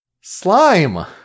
slime